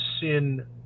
sin